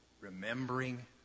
remembering